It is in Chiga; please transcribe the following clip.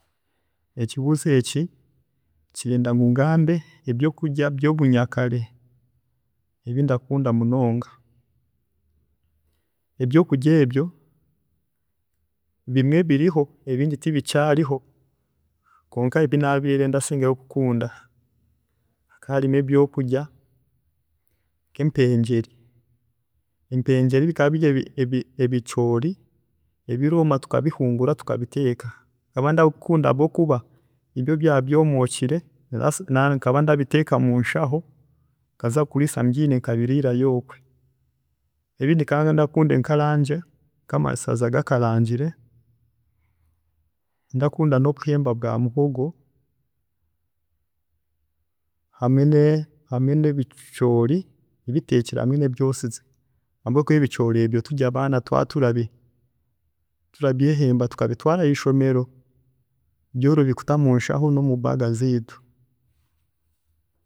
﻿Ekibuuzo eki kirenda ngu ngambe ebyokurya byobunyakare ebi ndakunda munonga, ebyokurya ebyo bimwe biriho ebindi tibikyaariho kwonka ebi nabiire ndasingayo kukunda zikaba ziri empengyere, empengyere bikaba biri ebicoori ebirooma tukabihungura tukabiteeka, nkaba ndabikunda habwokuba byo byaaba byomookire, nkaba ndabiteeka munshaho nkaza kuriisa mbyiine nkabiriirayo okwe. Ebindi nkaba ndakunda enkarangye nka'amasaza gakarangre, ndakunda nobuhemba bwa muhogo hamwe ne- hamwe nebicoori biteekire hamwe nebyosize habwokuba ebicoori ebyo turi abaana tukaba tura bi- tura byeehemba tukabitwaara aheishomero, byorobi kubita mushaho hamwe n'omu baaga zeitu.